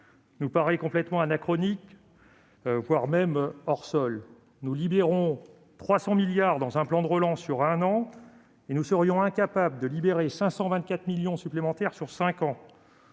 nous paraît complètement anachronique, voire hors sol. Nous libérons 300 milliards d'euros dans un plan de relance sur un an et nous serions incapables de libérer 524 millions d'euros supplémentaires sur cinq ans